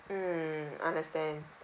mm understand